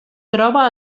troba